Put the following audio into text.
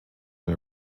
and